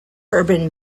urban